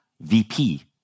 VP